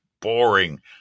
Boring